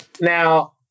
Now